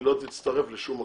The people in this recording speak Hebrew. היא לא תצטרף לשום מקום.